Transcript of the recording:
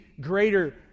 greater